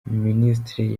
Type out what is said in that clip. minisitiri